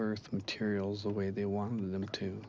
earth materials the way they wanted them to